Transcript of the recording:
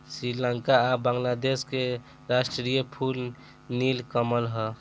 श्रीलंका आ बांग्लादेश के राष्ट्रीय फूल नील कमल ह